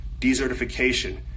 desertification